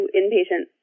inpatient